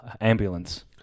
ambulance